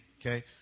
okay